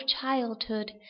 childhood